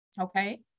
okay